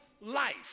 life